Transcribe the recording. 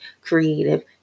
creative